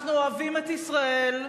אנחנו אוהבים את ישראל,